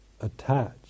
attached